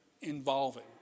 involving